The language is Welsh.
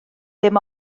dim